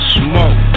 smoke